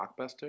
Blockbuster